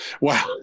Wow